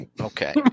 Okay